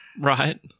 Right